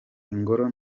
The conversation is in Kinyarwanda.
ingoro